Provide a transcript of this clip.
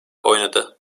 oynadı